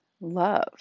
love